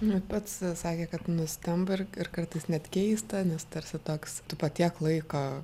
na pats sakė kad nustemba ir ir kartais net keista nes tarsi toks tu po tiek laiko